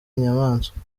inyamaswa